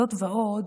זאת ועוד,